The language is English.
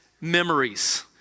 memories